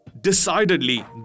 Decidedly